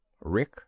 Rick